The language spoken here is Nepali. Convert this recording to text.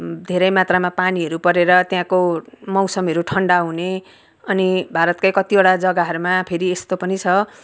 धेरै मात्रमा पानीहरू परेर त्यहाँको मौसमहरू ठन्डा हुने अनि भारतको कतिवटा जगाहरूमा फेरि यस्तो पनि छ